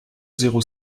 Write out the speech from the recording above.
zéro